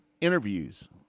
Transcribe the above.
interviews